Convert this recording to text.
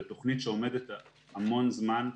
ותוכנית שעומדת המון זמן,